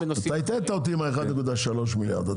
אתה הטעית אותי עם ה-1.3 מיליון.